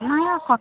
हाँ सब